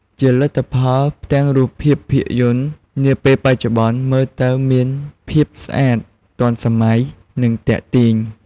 ជាលទ្ធផល ផ្ទាំងរូបភាពភាពយន្តនាពេលបច្ចុប្បន្នមើលទៅមានភាពស្អាត ទាន់សម័យ និងទាក់ទាញ។